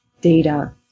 data